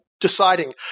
deciding